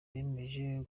bemeje